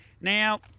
Now